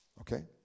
Okay